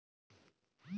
Shifting cultivation কি?